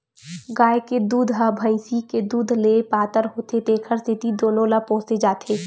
गाय के दूद ह भइसी के दूद ले पातर होथे तेखर सेती दूनो ल पोसे जाथे